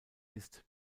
ist